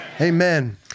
Amen